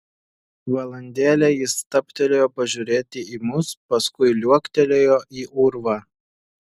valandėlę jis stabtelėjo pažiūrėti į mus paskui liuoktelėjo į urvą